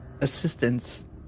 assistance